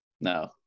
No